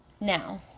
Now